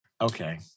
Okay